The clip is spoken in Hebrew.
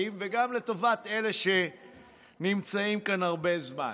וגם לטובת אלה שנמצאים כאן הרבה זמן.